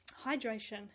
hydration